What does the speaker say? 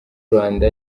rwanda